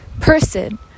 person